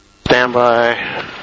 standby